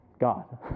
God